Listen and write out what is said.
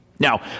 Now